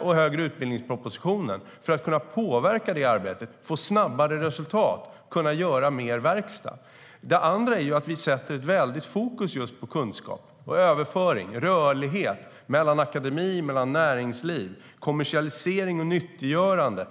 och högre utbildning. Vi vill ha dem med för att man ska kunna påverka arbetet, få snabbare resultat och göra mer verkstad. Det andra är att vi sätter ett väldigt fokus just på kunskap, överföring och rörlighet mellan akademi och näringsliv, kommersialisering och nyttogörande.